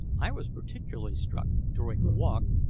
i was particularly struck, during the walk,